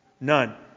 none